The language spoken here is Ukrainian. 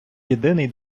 єдиний